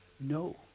no